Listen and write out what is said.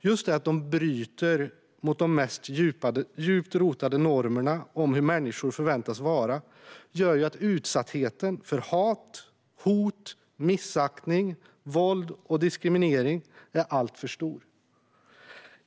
Just det att de bryter mot de mest djupt rotade normerna om hur människor förväntas vara gör att utsattheten för hat, hot, missaktning, våld och diskriminering är alltför stor.